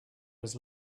was